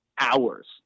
hours